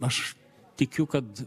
aš tikiu kad